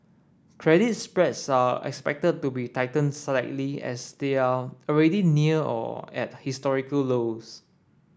credit spreads are expected to be tightened slightly as they are already near or at historical lows